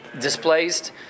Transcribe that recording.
displaced